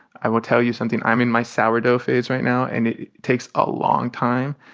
i will tell you something. i'm in my sourdough phase right now, and it takes a long time.